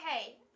okay